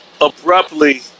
abruptly